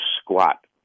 squat